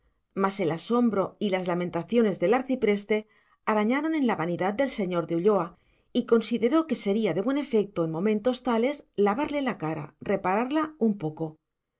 mas el asombro y las lamentaciones del arcipreste arañaron en la vanidad del señor de ulloa y consideró que sería de buen efecto en momentos tales lavarle la cara repararla un poco se